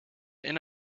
and